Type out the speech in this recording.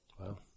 Wow